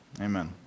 Amen